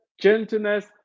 gentleness